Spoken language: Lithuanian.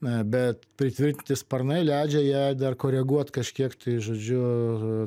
na bet pritvirtinti sparnai leidžia ją dar koreguot kažkiek tai žodžiu